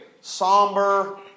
somber